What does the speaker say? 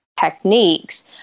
techniques